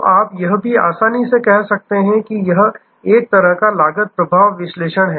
तो आप यह भी आसानी से देख सकते हैं यह एक तरह का लागत प्रभाव विश्लेषण है